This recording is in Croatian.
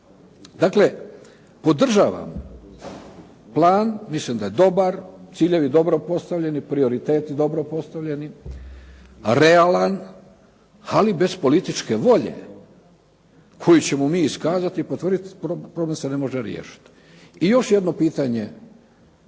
Dakle, podržavam plan. Mislim da je dobar. Ciljevi dobro postavljeni, prioriteti dobro postavljeni, realan ali bez policijske volje koju ćemo mi iskazati i potvrditi problem se ne može riješiti. I još jedno pitanje